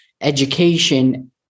education